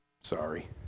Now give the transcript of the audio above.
sorry